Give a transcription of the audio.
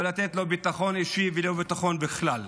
לא לתת לו ביטחון אישי ולא ביטחון בכלל.